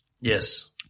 Yes